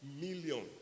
million